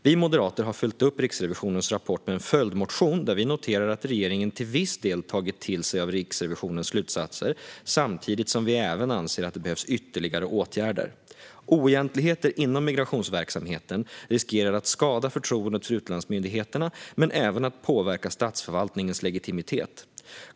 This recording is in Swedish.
Vi moderater har följt upp Riksrevisionens rapport med en följdmotion där vi noterar att regeringen till viss del har tagit till sig av Riksrevisionens slutsatser samtidigt som vi även anser att det behövs ytterligare åtgärder. Oegentligheter inom migrationsverksamheten riskerar att skada förtroendet för utlandsmyndigheterna men även att påverka statsförvaltningens legitimitet.